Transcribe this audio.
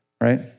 right